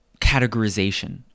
categorization